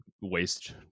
waste